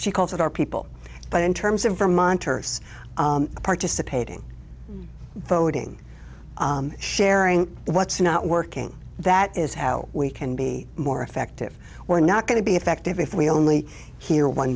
she calls it our people but in terms of vermonters participating voting sharing what's not working that is how we can be more effective we're not going to be effective if we only hear one